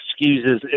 excuses